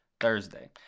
thursday